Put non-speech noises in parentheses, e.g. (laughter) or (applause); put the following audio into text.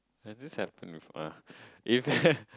I just have to move on if (laughs)